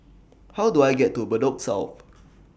How Do I get to Bedok South